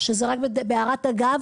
בהערת אגב